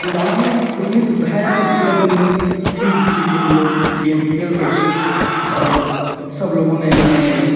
गाँव में उतनी सुविधाएँ उपलब्ध नहीं थीं जिससे कि हम लोग गेम खेल सकें और सब लोगों ने अपने